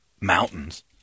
mountains